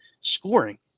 scoring